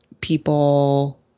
people